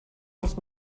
els